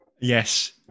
Yes